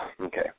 Okay